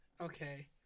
okay